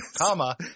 Comma